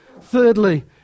thirdly